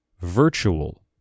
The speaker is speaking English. virtual